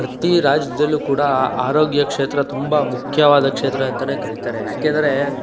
ಪ್ರತಿ ರಾಜ್ಯದಲ್ಲು ಕೂಡ ಆರೋಗ್ಯ ಕ್ಷೇತ್ರ ತುಂಬ ಮುಖ್ಯವಾದ ಕ್ಷೇತ್ರ ಅಂತ ಕರಿತಾರೆ ಯಾಕೆಂದರೆ